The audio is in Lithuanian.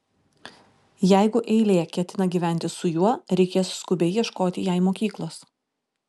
jeigu eilė ketina gyventi su juo reikės skubiai ieškoti jai mokyklos